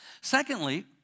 Secondly